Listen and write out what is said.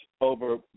over